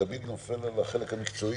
בקצרה היכן